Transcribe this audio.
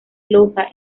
loja